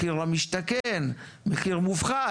מחיר למשתכן, מחיר מופחת?